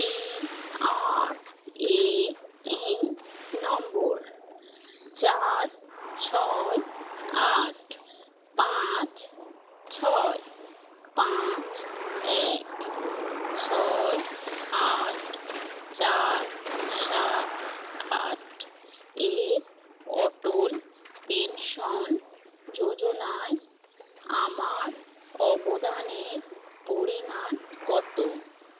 PRAN number চার ছয় আট পাঁচ ছয় পাঁচ এক ছয় আট চার সাত আট এর অটল পেনশন যোজনায় আমার অবদানের পরিমাণ কত